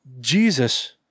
jesus